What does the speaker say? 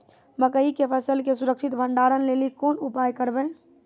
मकई के फसल के सुरक्षित भंडारण लेली कोंन उपाय करबै?